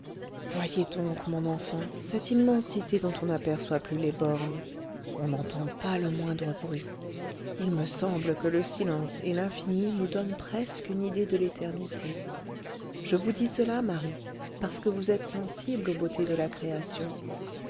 voyez donc mon enfant cette immensité dont on n'aperçoit plus les bornes on n'entend pas le moindre bruit il me semble que le silence et l'infini nous donnent presque une idée de l'éternité je vous dis cela marie parce que vous êtes sensible aux beautés de la création